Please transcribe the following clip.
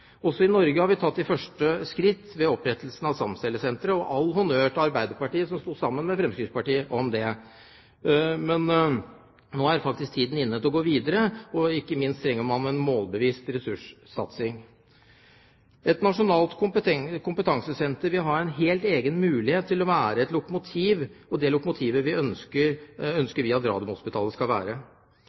Også i Norge har vi tatt de første skritt ved opprettelsen av Stamcellesenteret. All honnør til Arbeiderpartiet, som sto sammen med Fremskrittspartiet om det. Men nå er faktisk tiden inne til å gå videre. Ikke minst trenger man en målbevisst ressurssatsing. Et nasjonalt kompetansesenter vil ha en helt egen mulighet til å være et lokomotiv, og det lokomotivet ønsker vi at Radiumhospitalet skal være.